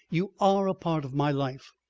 you are a part of my life.